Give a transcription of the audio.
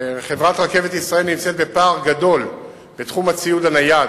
חברת "רכבת ישראל" נמצאת בפער גדול בתחום הציוד הנייד,